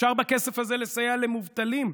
אפשר בכסף הזה לסייע למובטלים,